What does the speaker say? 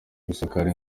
gusakara